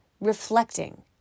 reflecting